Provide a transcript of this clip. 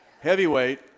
Heavyweight